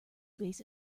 vase